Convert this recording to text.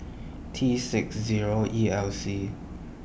T six Zero E L C